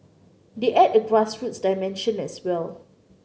they add a grassroots dimension as well